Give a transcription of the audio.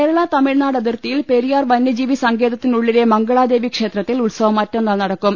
കേരള തമിഴ്നാട് അതിർത്തിയിൽ പ്രെരിയാർ വന്യജീവി സങ്കേതത്തിനുള്ളിലെ മംഗളാദേവി ക്ഷേത്രത്തിൽ ഉത്സവം മറ്റ ന്നാൾ നടക്കും